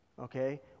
Okay